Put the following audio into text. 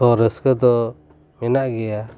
ᱛᱚ ᱨᱟᱹᱥᱠᱟᱹ ᱫᱚ ᱢᱮᱱᱟᱜ ᱜᱮᱭᱟ